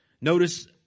Notice